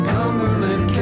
Cumberland